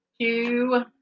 two